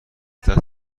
دست